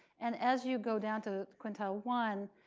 and as you go down to quintile one,